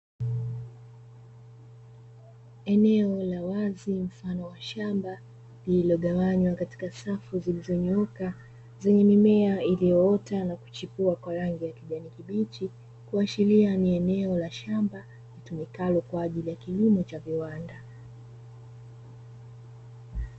Eneo la wazi mfano wa shamba lililogawanywa katika safu zilizonyooka, zenye mimea iliyoota na kuchipua kwa rangi ya kijani kibichi, kuashiria ni eneo la shamba litumikalo kwa ajili ya kilimo cha viwanda.